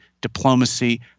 diplomacy